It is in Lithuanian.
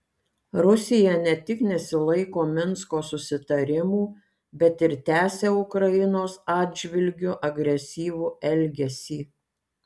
rusija ne tik nesilaiko minsko susitarimų bet ir tęsia ukrainos atžvilgiu agresyvų elgesį